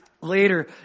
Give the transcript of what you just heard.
later